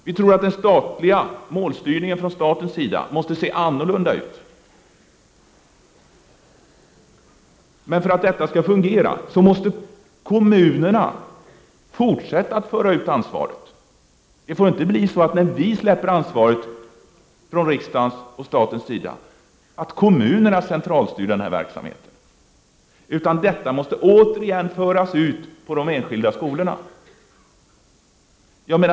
Vi tror att målstyrningen från statens sida måste se annorlunda ut, men för att detta skall fungera måste kommunerna fortsätta att föra ut ansvaret. Det får inte bli så att, när riksdagen och staten släpper ansvaret, kommunerna centralstyr verksamheten, utan detta måste återigen föras ut på de enskilda skolorna.